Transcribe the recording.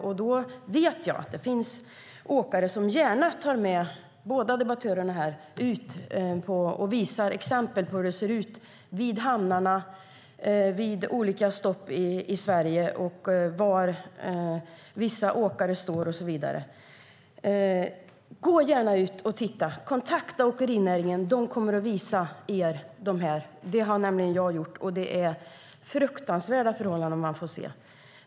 Jag vet att det finns åkare som gärna tar med båda debattörerna ut och visar exempel på hur det ser ut vid hamnarna och olika stopp i Sverige, var vissa åkare står och så vidare. Gå gärna ut och titta! Kontakta åkerinäringen! De kommer att visa er detta. Jag har kontaktat dem, och det är fruktansvärda förhållanden man får se.